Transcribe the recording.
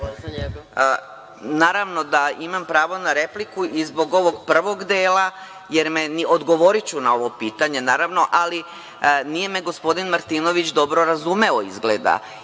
Naravno da imam pravo na repliku i zbog ovog prvog dela, a odgovoriću na ovo pitanje, naravno. Nije me gospodin Martinović dobro razumeo izgleda.